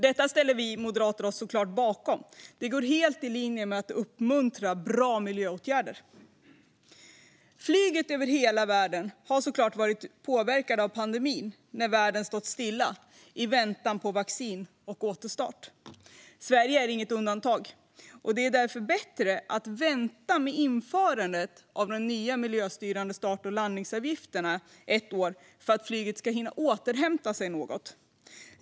Detta ställer vi moderater oss såklart bakom; det går helt i linje med att uppmuntra bra miljöåtgärder. Flyget över hela världen har såklart varit påverkat av pandemin när världen har stått stilla i väntan på vaccin och återstart. Sverige är inget undantag, och det är därför bättre att vänta med införandet av de nya miljöstyrande start och landningsavgifterna ett år för att flyget ska hinna återhämta sig något.